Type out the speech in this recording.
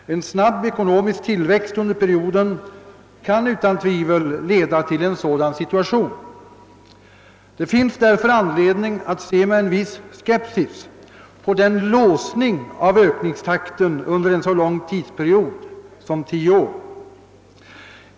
En snabb ekonomisk tillväxt under perioden kan utan tvivel leda till en sådan situation. Det finns därför anledning att se med en viss skepsis på en låsning av ökningstakten under en så lång tidsperiod som 10 år.